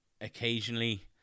Occasionally